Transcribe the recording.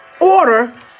order